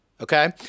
okay